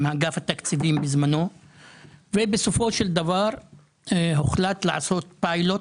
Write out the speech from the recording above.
עם אגף התקציבים ובסופו של דבר הוחלט לעשות פיילוט